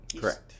correct